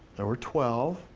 there were twelve.